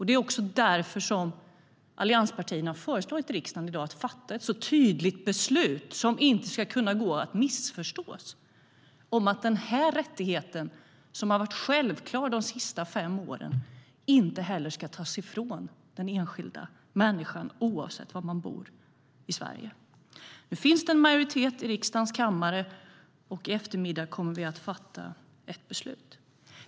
Det är också därför som allianspartierna föreslår riksdagen att i dag fatta ett tydligt beslut som inte ska kunna gå att missförstå om att den rättighet som har varit självklar de senaste fem åren inte ska tas ifrån den enskilda människan oavsett var den bor i Sverige.Nu finns det en majoritet i riksdagens kammare. I eftermiddag kommer vi att fatta ett beslut.